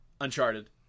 Uncharted